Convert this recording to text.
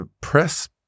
press